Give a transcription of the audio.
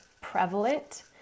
prevalent